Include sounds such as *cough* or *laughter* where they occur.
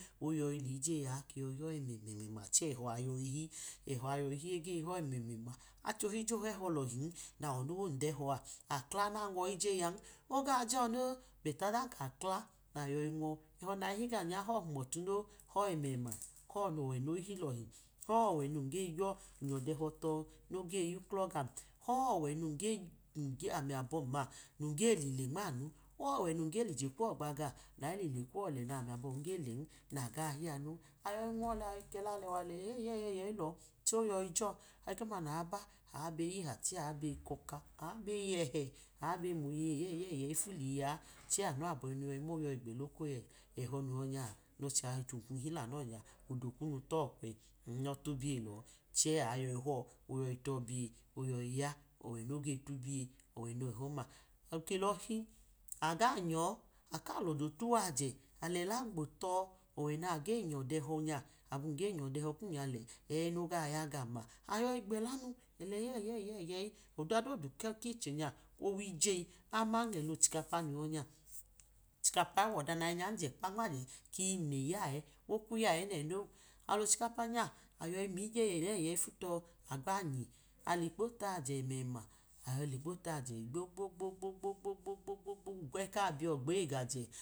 Oyọyi liiyeyi aake yọyi yọ ẹmẹma, chẹ ẹhọ a yo̱yi ti, ẹhọ yoyi ti ege yọ ẹmẹmẹma, acholi ije hẹtrọ lọhi, awọ nowondu ẹhọ a nakla na nwọ ijeyi a oga jọ no bẹti o̱dan ka kla nayọyi nwọ, ẹhọ nayo̱yi họ ọwẹ noyi hi lọhi, họ ọwẹ nun jos nyọdẹ họ tọ noge yuklọ gam, họ ọwẹ nun ge nun ge ami abo̱yi ma nun ge lile nmanu, họ ọwẹ nun ge lije kuwọ gba gaọ nayi lile kuwọ lẹ nan aboyi iga lẹn naga li ano, ayọyi nwọ lẹa ayọyi kẹla alẹwa eyẹyeyilọ chẹ oyọyijọ egọma naba abe yihachi abe koka abe yẹhẹ abe moyeyi eyẹyeyi fu liyaa, chẹ anu aboyinu yọyi mọ oyọyi gbebla oko yẹs ẹhọ no yonya nọche a kun hi lanọ nya odo kunu tọ ọkwẹyi, n lọ tubiye lọ chẹ ayọyi ho̱ oyọyi to̱ biye, oyọyiya ọwẹ noge tubiye ọwẹ nẹhọ kelọ hi aga nyọ aka lodo tunkyẹ, alẹla gbo tọ ọwẹ nage nyọdẹhọ nya, abumge nyọdẹhọ kum nya lẹ, ẹ no ga ya gam-ma, ayọyi gbẹlanu ela ẹyẹyẹyi ọdadu kechẹ nya owijeyi aman ẹla ochikapa noyọnya, *hesitation* ochikapa iwọda nayi nganjẹ kpa nmajẹ, ii leya ẹ okon ya ẹ nẹ non, alochikapa nya ayọyi miyeyi ẹyẹyẹyifutọ, aga nyi alokpo tajẹ ẹmẹma, ayọyi likpo tayẹ gbogbogbogbogbogbo bu ẹ ka biyogba eyi gaje.